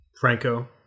Franco